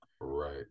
right